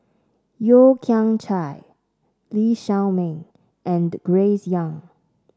Yeo Kian Chai Lee Shao Meng and Grace Young